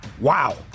Wow